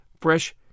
fresh